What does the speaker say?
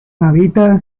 habita